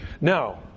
Now